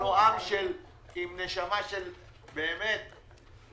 אנחנו עַם עִם נשמה של רחמנות.